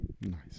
nice